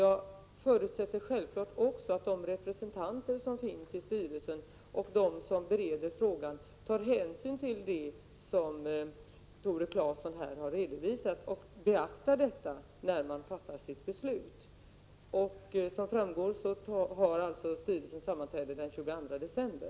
Jag förutsätter naturligtvis också att representanterna i styrelsen och de som bereder frågan tar hänsyn till det som Tore Claeson här har redovisat och beaktar det när man fattar beslut. Som framgår av mitt svar har styrelsen sitt nästa sammanträde den 22 december.